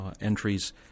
entries